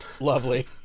lovely